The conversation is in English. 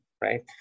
right